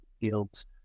fields